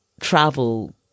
travel